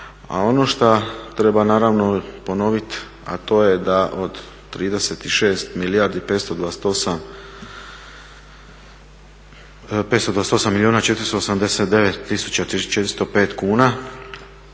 A ono što treba naravno ponoviti, a to je da od 36 milijardi i 528 milijuna 489 tisuća 405 kuna